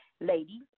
Lady